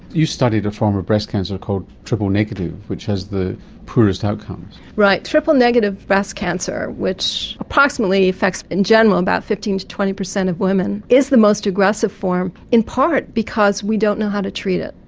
you studied a form of breast cancer called triple negative, which has the poorest outcomes. right, triple negative breast cancer, which approximately effects in general about fifteen percent to twenty percent of women, is the most aggressive form, in part because we don't know how to treat it.